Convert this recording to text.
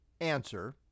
answer